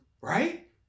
Right